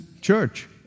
church